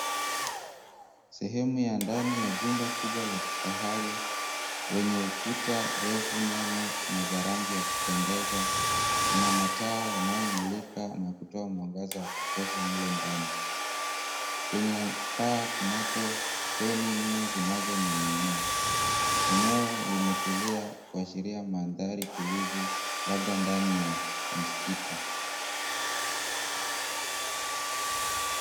Sehemu ya ndani ya jumba kubwa la kifahari wenye ukuta refu nene na za rangi ya kupendeza, ina mataa yanayomulika na kutoa mwangaza ya kutosha mle ndani. Kwenye paa kunako feni nne zinazo ninginia. Eneo limetulia kuashiria mandhari tulivu labda ndani ya msikiti.